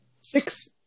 Six